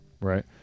Right